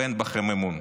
ואין בכם אמון.